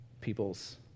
people's